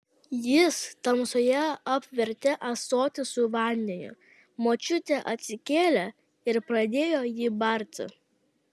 jis tamsoje apvertė ąsotį su vandeniu močiutė atsikėlė ir pradėjo jį barti